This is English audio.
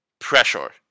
pressure